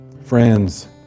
friends